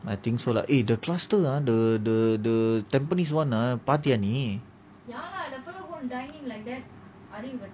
I think so lah eh the cluster lah the the tampines one ah பாத்தியா நீ:paathiya nee